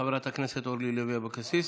חברת הכנסת אורלי לוי אבקסיס.